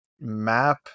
map